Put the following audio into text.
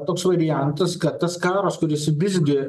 toks variantas kad tas karas kuris visgi